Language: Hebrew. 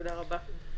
תודה רבה.